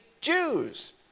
Jews